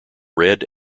red